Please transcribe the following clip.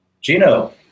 Gino